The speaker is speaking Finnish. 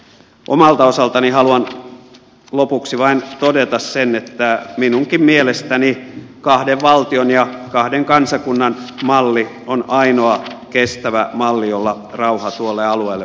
omalta osaltani haluan lopuksi vain todeta sen että minunkin mielestäni kahden valtion ja kahden kansakunnan malli on ainoa kestävä malli jolla rauha tuolle alueelle voidaan rakentaa